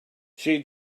she